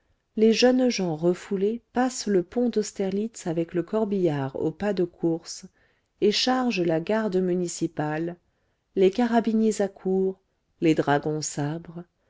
les jeunes gens refoulés passent le pont d'austerlitz avec le corbillard au pas de course et chargent la garde municipale les carabiniers accourent les dragons sabrent